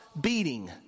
beating